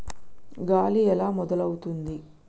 గాలి ఎలా మొదలవుతుంది?